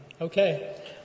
Okay